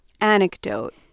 anecdote